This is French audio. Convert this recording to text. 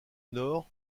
nord